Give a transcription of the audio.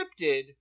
scripted